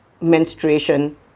menstruation